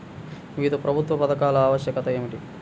వివిధ ప్రభుత్వా పథకాల ఆవశ్యకత ఏమిటి?